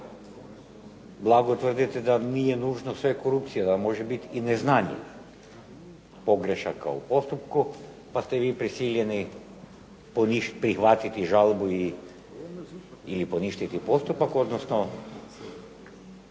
blago tvrdite da nije nužno sve korupcija, da može biti i neznanje, pogrešaka u postupku, pa ste vi prisiljeni prihvatiti žalbu i, ili poništiti postupak, odnosno